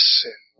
sin